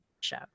Show